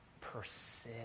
Persist